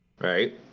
right